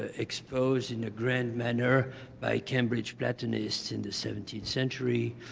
ah exposed in a grand manner by cambridge plotinus in the seventeenth century,